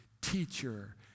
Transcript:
Teacher